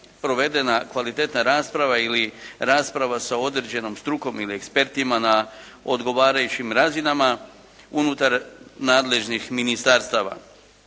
provedena kvalitetna rasprava ili rasprava sa određenom strukom ili ekspertima na odgovarajućim razinama unutar nadležnih ministarstava